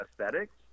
aesthetics